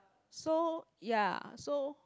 so ya so